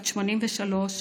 בת 83,